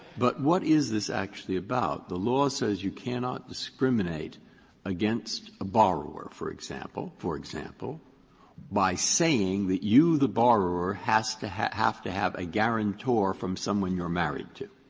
but what is this actually about? the law says you cannot discriminate against a borrower, for example for example by saying that you, the borrower, has to have to have a guarantor from someone you're married to.